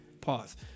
Pause